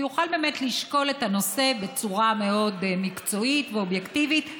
הוא יוכל באמת לשקול את הנושא בצורה מאוד מקצועית ואובייקטיבית,